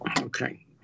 Okay